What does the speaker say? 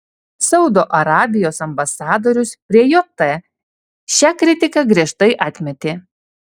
saudo arabijos ambasadorius prie jt šią kritiką griežtai atmetė